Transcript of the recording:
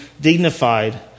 dignified